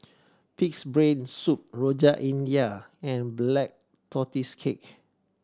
Pig's Brain Soup Rojak India and Black Tortoise Cake